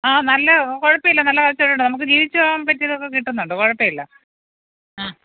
ആ നല്ല കുഴപ്പമില്ല നല്ല കച്ചോടമുണ്ട് നമുക്ക് ജീവിച്ചു പോകാൻ പറ്റിയതൊക്കെ കിട്ടുന്നുണ്ട് കുഴപ്പമില്ല ആ